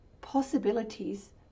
possibilities